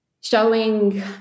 showing